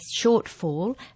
shortfall